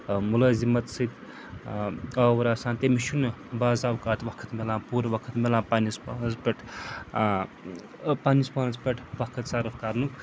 مُلٲزِمَت سۭتۍ آوُر آسان تٔمِس چھُنہٕ بعض اوقات وقت مِلان پوٗرٕ وقت مِلان پَنٛنِس پانَس پٮ۪ٹھ پَنٛنِس پانَس پٮ۪ٹھ وقت سَرف کَرنُک